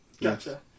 Gotcha